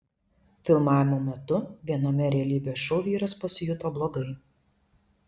filmavimo metu viename realybės šou vyras pasijuto blogai